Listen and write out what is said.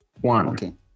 One